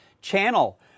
channel